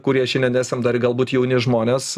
kurie šiandien esam dar galbūt jauni žmonės